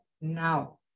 now